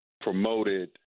promoted